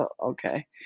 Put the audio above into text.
Okay